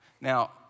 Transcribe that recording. Now